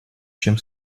чем